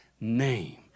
name